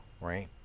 right